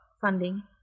funding